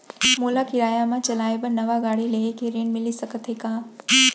मोला किराया मा चलाए बर नवा गाड़ी लेहे के ऋण मिलिस सकत हे का?